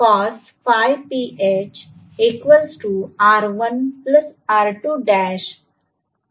आता मी म्हणू शकते